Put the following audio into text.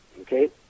Okay